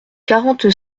quarante